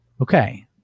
okay